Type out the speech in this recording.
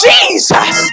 Jesus